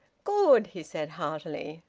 good! he said heartily.